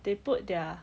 they put their